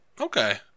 Okay